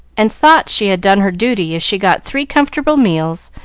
and thought she had done her duty if she got three comfortable meals,